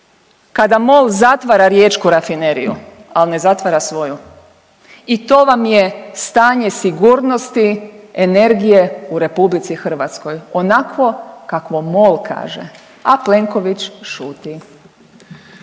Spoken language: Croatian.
kada MOL zatvara Riječku rafineriju, ali ne zatvara svoju. I to vam je stanje sigurnosti, energije u Republici Hrvatskoj onakvo kakvo MOL kaže, a Plenković šuti.